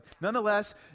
nonetheless